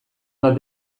bat